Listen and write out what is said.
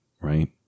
right